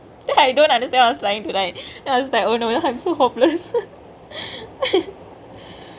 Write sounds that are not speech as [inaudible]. I don't understand what I was tryingk to write I was like oh no I'm so hopeless [laughs]